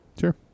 Sure